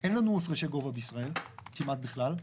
אין לנו הפרשי גובה בישראל כמעט בכלל.